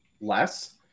less